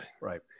Right